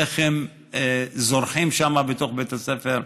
איך הם זורחים שם בתוך בית הספר,